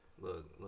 Look